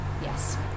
Yes